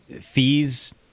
fees